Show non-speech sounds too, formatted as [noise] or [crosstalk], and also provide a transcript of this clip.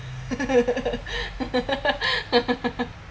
[laughs]